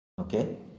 okay